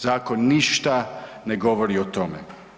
Zakon ništa ne govori o tome.